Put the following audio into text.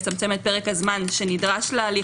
לצמצם את פרק הזמן שנדרש להליך.